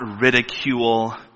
ridicule